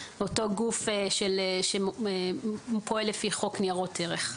אותו גוף שפועל לפי חוק ניירות ערך.